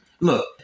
Look